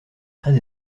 très